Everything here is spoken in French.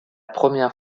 première